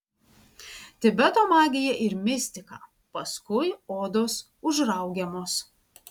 tibeto magija ir mistika paskui odos užraugiamos